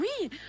oui